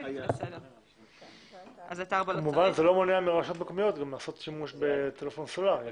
זה לא מונע מרשויות מקומיות גם לעשות שימוש בטלפון סלולרי.